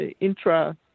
intra